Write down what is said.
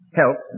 help